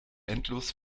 endlos